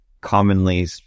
commonly